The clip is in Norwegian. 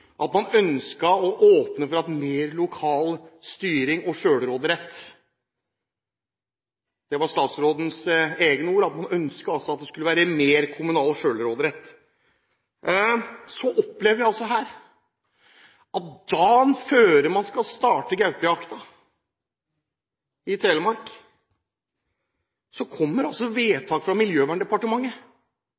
at man ønsket å åpne for mer lokal styring og selvråderett. Det var statsrådens egne ord, at man ønsket at det skulle være mer kommunal selvråderett. Så opplever vi altså dagen før man skal starte gaupejakten i Telemark, at det kommer et vedtak fra Miljøverndepartementet,